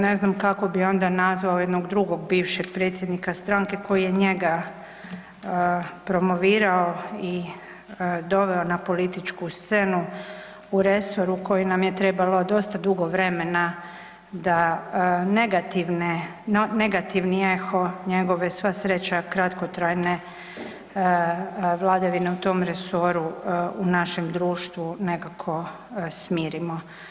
Ne znam kako bi onda nazvao jednog drugog bivšeg predsjednika stranke koji je njega promovirao i doveo na političku scenu u resor u koji nam je trebalo dosta dugo vremena da negativni eho njegove sva sreća kratkotrajne vladavine u tom resoru u našem društvu nekako smirimo.